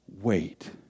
Wait